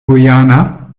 guyana